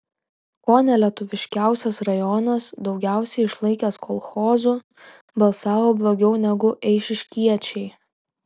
ko ne lietuviškiausias rajonas daugiausiai išlaikęs kolchozų balsavo blogiau negu eišiškiečiai